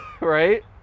right